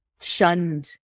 shunned